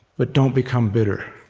but don't become bitter.